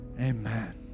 Amen